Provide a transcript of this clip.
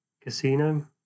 casino